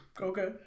Okay